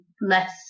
less